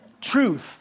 Truth